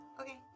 Okay